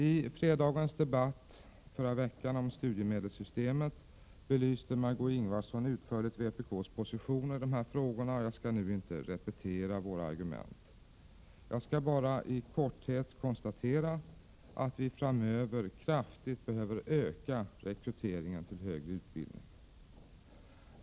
I fredagens debatt om studiemedelssystemet belyste Margé Ingvardsson utförligt vpk:s positioner i de här frågorna, och jag skall därför inte nu repetera våra argument. Jag skall bara kort konstatera att vi kraftigt behöver öka rekryteringen till högre utbildning.